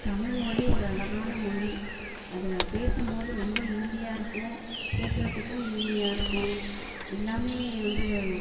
தமிழ்மொழி ஒரு அழகான மொழி அதை பேசும்போது ரொம்ப இனிமையாயிருக்கும் கேட்குறத்துக்கும் இனிமையாயிருக்கும் எல்லாமே வந்து